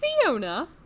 Fiona